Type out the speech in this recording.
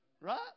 Right